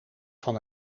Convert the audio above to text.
van